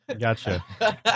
Gotcha